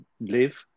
live